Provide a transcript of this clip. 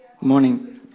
Morning